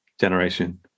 generation